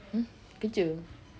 mm kerja